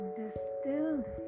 distilled